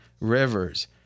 Rivers